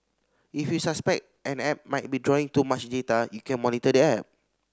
if you suspect an app might be drawing too much data you can monitor the app